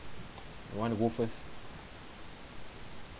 want to go first